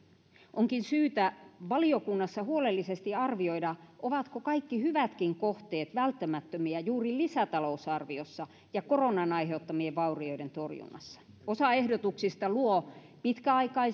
onkin syytä valiokunnassa huolellisesti arvioida ovatko kaikki hyvätkin kohteet välttämättömiä juuri lisätalousarviossa ja koronan aiheuttamien vaurioiden torjunnassa osa ehdotuksista luo pitkäaikaisen